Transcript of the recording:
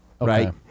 Right